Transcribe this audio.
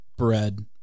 Bread